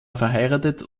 verheiratet